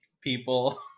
people